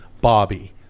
bobby